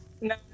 No